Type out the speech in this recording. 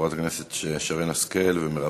חברות הכנסת שרן השכל ומירב